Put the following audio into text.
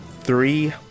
three